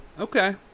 okay